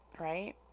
Right